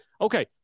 Okay